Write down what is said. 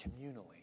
communally